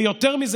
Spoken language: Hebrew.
ויותר מזה,